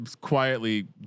quietly